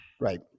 Right